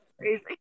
crazy